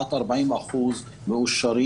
כמעט 40% מאושרים.